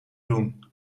doen